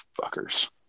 fuckers